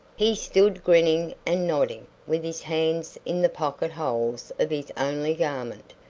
he stood grinning and nodding, with his hands in the pocket holes of his only garment,